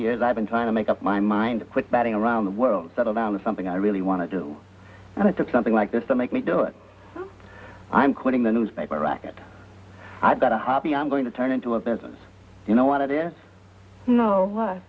years i've been trying to make up my mind quick batting around the world settle down to something i really want to do and i took something like this to make me do it i'm quitting the newspaper racket i've got a hobby i'm going to turn into a business you know what it is no